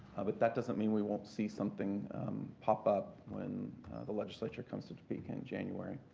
but that doesn't mean we won't see something pop up when the legislature comes to topeka in january.